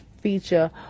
feature